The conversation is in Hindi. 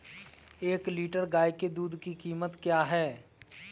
एक लीटर गाय के दूध की कीमत क्या है?